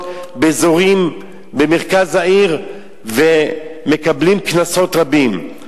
באזורים במרכז העיר ומקבלים קנסות רבים.